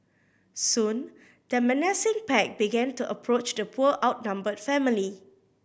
soon the menacing pack began to approach the poor outnumbered family